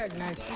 and night